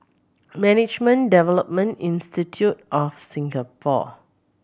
Management Development Institute of Singapore